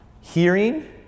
Hearing